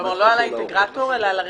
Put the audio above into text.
כלומר, לא על האינטגרטור אלא על הרכיבים.